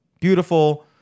beautiful